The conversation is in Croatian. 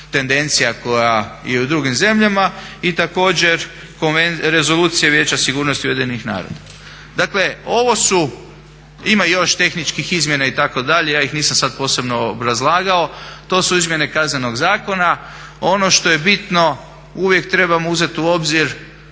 tendencija koja je i drugim zemljama i također rezolucije Vijeća sigurnosti UN-a. Dakle ovo su, ima još tehničkih izmjena itd., ja ih nisam sad posebno obrazlagao. To su izmjene Kaznenog zakona. Ono što je bitno, uvijek trebamo uzet u obzir,